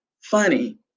funny